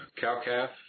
cow-calf